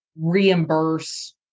reimburse